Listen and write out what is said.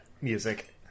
music